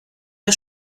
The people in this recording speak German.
der